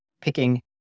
picking